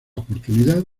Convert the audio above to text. oportunidad